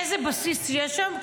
איזה בסיס יש שם,